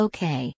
Okay